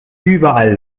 überall